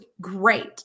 great